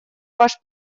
ваш